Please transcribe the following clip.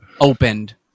opened